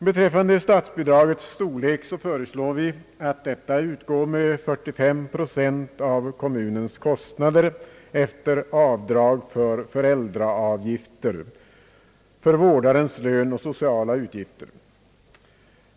Beträffande statsbidragets storlek föreslår vi att detta utgår med 45 procent av kommunens kostnader efter avdrag för föräldraavgifter, vårdarens lön och sociala utgifter.